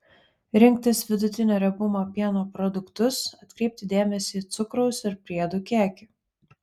rinktis vidutinio riebumo pieno produktus atkreipti dėmesį į cukraus ir priedų kiekį